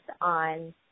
on